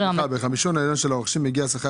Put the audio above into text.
"בחמישון העליון של הרוכשים הגיע השכר